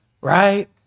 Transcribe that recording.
right